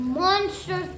monster